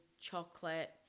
chocolate